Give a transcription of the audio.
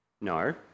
No